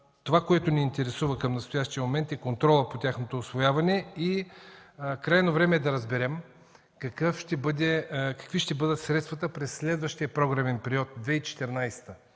Това, което ни интересува към настоящия момент, е контролът по тяхното усвояване. Крайно време е да разберем какви ще бъдат средствата през следващия програмен период 2014-2020